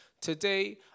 Today